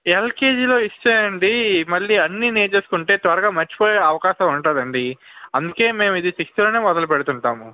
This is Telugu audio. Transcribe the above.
ఎల్కేజిలో ఇస్తే అండి మళ్ళీ అన్నీ నేర్చేసుకుంటే త్వరగా మర్చిపోయే అవకాశం ఉంటుంది అండి అందుకే మేము ఇది సిక్స్త్లోనే మొదలు పెడుతుంటాము